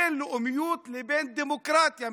בין לאומיות לבין דמוקרטיה,